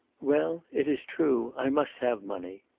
well, it is true i must have money.